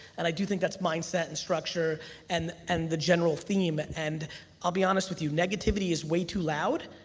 and i do think that's mindset and structure and structure. and the general theme, and i'll be honest with you, negativity is way too loud,